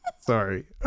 sorry